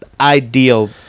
ideal